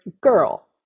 girl